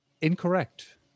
Incorrect